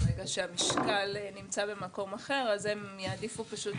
ברגע שהמשקל נמצא במקום אחר אז הם יעדיפו פשוט